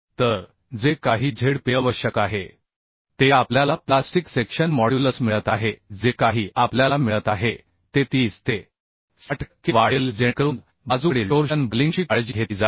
तर जे काही Zpआवश्यक आहे ते आपल्याला प्लास्टिक सेक्शन मॉड्युलस मिळत आहे जे काही आपल्याला मिळत आहे ते 30 ते60 टक्के वाढेल जेणेकरून बाजूकडील टोर्शन बकलिंगची काळजी घेतली जाईल